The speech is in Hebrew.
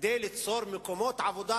כדי ליצור מקומות עבודה,